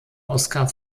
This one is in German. oskar